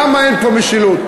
למה אין פה משילות?